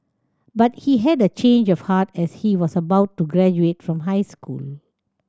but he had a change of heart as he was about to graduate from high school